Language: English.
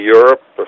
Europe